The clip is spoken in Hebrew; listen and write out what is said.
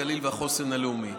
הגליל והחוסן הלאומי.